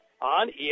on